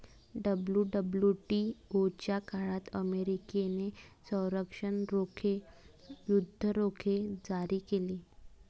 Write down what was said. WWTO च्या काळात अमेरिकेने संरक्षण रोखे, युद्ध रोखे जारी केले